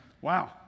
Wow